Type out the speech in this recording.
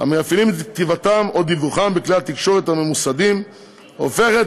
המאפיינת את כתיבתם או דיווחם בכלי התקשורת הממוסדים הופכת